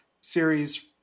series